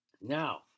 Now